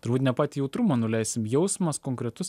turbūt ne patį jautrumą nuleisim jausmas konkretus